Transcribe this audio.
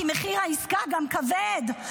כי מחיר העסקה גם כבד,